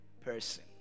person